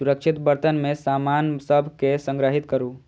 सुरक्षित बर्तन मे सामान सभ कें संग्रहीत करू